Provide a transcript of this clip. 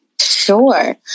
Sure